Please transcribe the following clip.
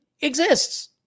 exists